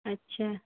अच्छा